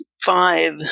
five